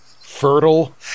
Fertile